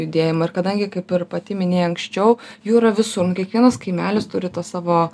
judėjimą ir kadangi kaip ir pati minėjai anksčiau jų yra visur nu kiekvienas kaimelis turi tą savo